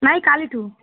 ନାଇଁ କାଲିଠୁ